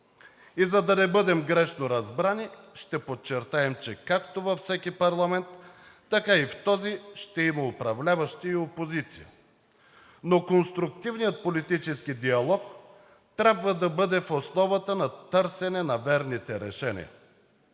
И за да не бъдем грешно разбрани, ще подчертаем, че както във всеки парламент, така и в този, ще има управляващи и опозиция, но конструктивният политически диалог трябва да бъде в основата на търсене на верните решения.